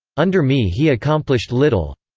under me he accomplished little.